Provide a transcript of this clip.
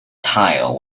tile